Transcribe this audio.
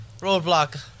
Roadblock